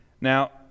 Now